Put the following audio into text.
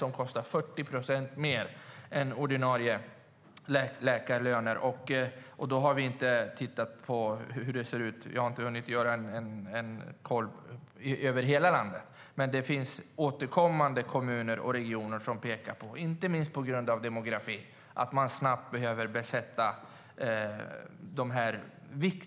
De kostar 40 procent mer än ordinarie läkare. Då har jag inte hunnit se hur det ser ut över hela landet, men det finns kommuner och regioner som återkommande påpekar på detta, inte minst på grund av demografin.